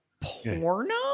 porno